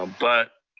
ah but